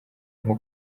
nko